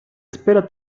espera